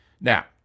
Now